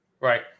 right